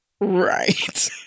right